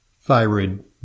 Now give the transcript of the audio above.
thyroid